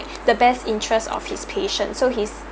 the best interests of his patient so he's